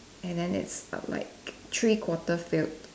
and then it's like three quarter filled